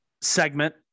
segment